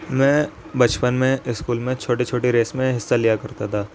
میں بچپن میں اسکول میں چھوٹی چھوٹی ریس میں حصہ لیا کرتا تھا